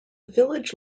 village